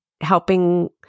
helping